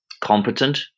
competent